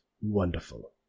wonderful